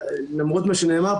למרות מה שנאמר,